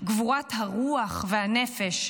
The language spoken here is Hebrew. גבורת הרוח והנפש.